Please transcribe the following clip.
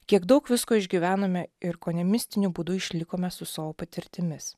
kiek daug visko išgyvenome ir kone mistiniu būdu išlikome su savo patirtimis